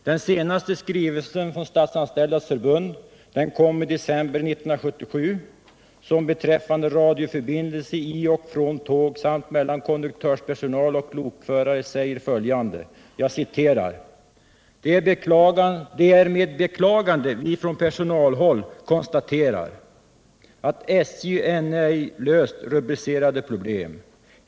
Den senaste skrivelsen från Statsanställdas förbund beträffande radioförbindelse i och från tåg samt mellan konduktörspersonal och lokförare — den kom i december 1977 — säger följande: ”Det är med beklagande vi från personalhåll konstaterar, att SJ ännu ej löst rubricerade problem.